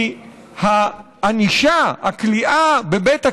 כי הענישה, הכליאה בבית הכלא,